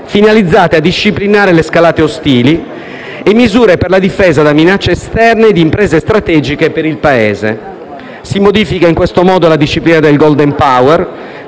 finalizzati a disciplinare le scalate ostili, e misure per la difesa da minacce esterne di imprese strategiche per il Paese. Si modifica in questo modo la disciplina del *golden power*,